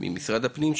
וממשרד הפנים,